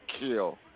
kill